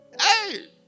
hey